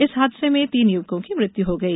इस हादसे में तीन युवकों की मृत्यु हो गई